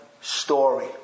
story